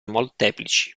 molteplici